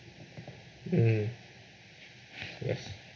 mmhmm yes